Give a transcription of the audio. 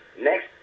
Next